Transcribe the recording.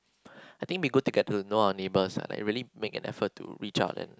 I think we could get to know our neighbours like really make an effort to reach out and